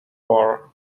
war